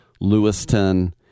Lewiston